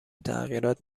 تغییرات